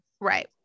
Right